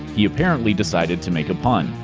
he apparently decided to make a pun.